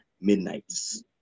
Midnights